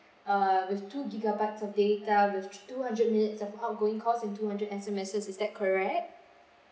uh with two gigabytes of data with two hundred minutes of outgoing calls and two hundred S_M_S is that correct